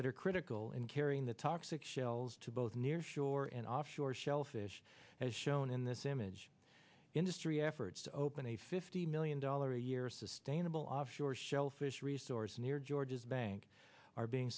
that are critical in carrying the toxic shells to both near shore and offshore shellfish as shown in this image industry efforts to open a fifty million dollar a year sustainable offshore shellfish resource near georges bank are being